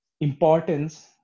importance